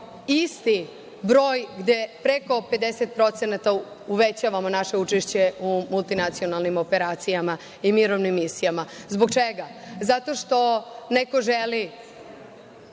isti broj gde preko 50% uvećavamo naše učešće u multinacionalnim operacijama i mirovnim misijama. Zbog čega? Zato što neko želi